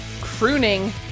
crooning